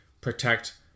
protect